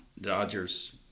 Dodgers